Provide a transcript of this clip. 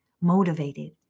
motivated